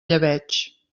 llebeig